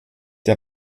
der